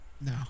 No